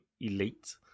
elite